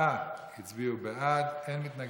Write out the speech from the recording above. תשעה הצביעו בעד, אין מתנגדים,